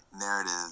narrative